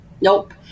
Nope